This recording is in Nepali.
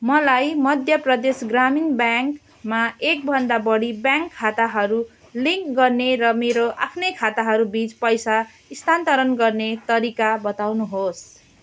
मलाई मध्य प्रदेश ग्रामीण ब्याङ्कमा एकभन्दा बढी ब्याङ्क खाताहरू लिङ्क गर्ने र मेरो आफ्नै खाताहरूबिच पैसा स्थानान्तरण गर्ने तरिका बताउनुहोस्